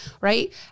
right